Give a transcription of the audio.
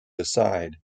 aside